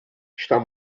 estar